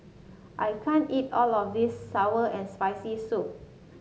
I can't eat all of this sour and Spicy Soup